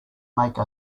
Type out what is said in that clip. make